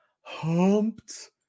humped